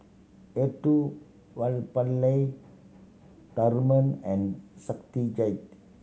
Elattuvalapil Tharman and Satyajit